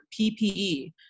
PPE